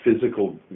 physical